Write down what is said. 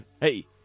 Hey